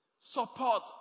support